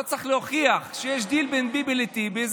לא צריך להוכיח שיש דיל בין ביבי לטיבי,